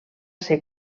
ser